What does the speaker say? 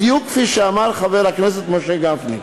בדיוק כפי שאמר חבר הכנסת משה גפני,